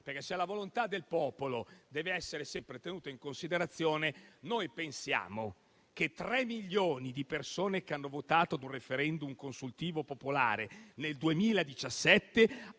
se la volontà del popolo deve essere sempre tenuta in considerazione, noi pensiamo che 3 milioni di persone che hanno votato in un *referendum* consultivo popolare nel 2017,